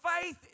faith